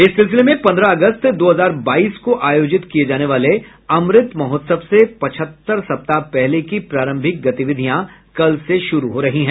इस सिलसिले में पंद्रह अगस्त दो हजार बाईस को आयोजित किये जाने वाले अमृत महोत्सव से पचहत्तर सप्ताह पहले की प्रारंभिक गतिविधियां कल से शुरू हो रही हैं